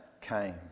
came